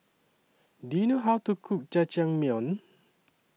Do YOU know How to Cook Jajangmyeon